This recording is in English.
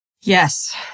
Yes